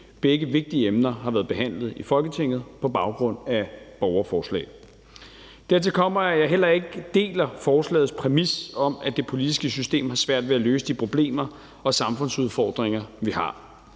Begge vigtige emner har været behandlet i Folketinget på baggrund af borgerforslag. Dertil kommer, at jeg heller ikke deler forslagets præmis om, at det politiske system har svært ved at løse de problemer og samfundsudfordringer, vi har.